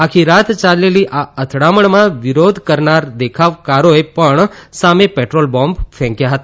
આખી રાત ચાલેલી આ અથડામણમાં વિરોધ દેખાવકારોએ પણ સામે પેટ્રોલબોમ્બ ફેંકથા હતા